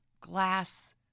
glass